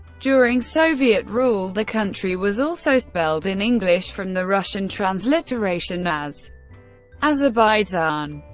during soviet rule, the country was also spelled in english from the russian transliteration as azerbaydzhan.